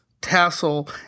Tassel